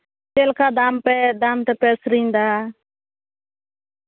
ᱪᱮᱫ ᱞᱮᱠᱟ ᱫᱟᱢ ᱯᱮ ᱫᱟᱢ ᱛᱮᱯᱮ ᱟᱹᱠᱷᱨᱤᱧᱫᱟ